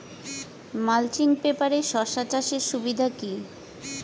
Mulching পেপারে শসা চাষের সুবিধা কি?